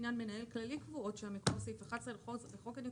גם ההוראות בעניין מנהל כללי קבועות שם מכוח סעיף 11 לחוק הניקוז,